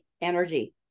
energy